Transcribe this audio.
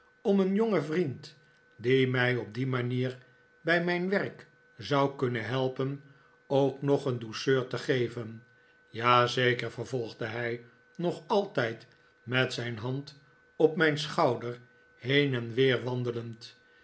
om een jongen vriend die mij op die manier bij mijn werk zou kunnen helpen ook nog een douceur te geven ja zeker vervolgde hij nog altijd met zijn hand op mijn schouder heen en weer wandelend